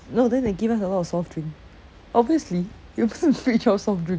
no then they give us a lot of soft drink obviously you got person rich of soft drink